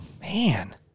Man